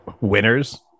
Winners